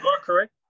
Correct